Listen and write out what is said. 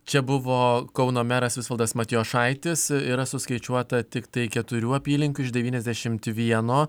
čia buvo kauno meras visvaldas matijošaitis yra suskaičiuota tiktai keturių apylinkių iš devyniasdešimt vieno